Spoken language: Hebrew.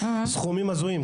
סכומים הזויים,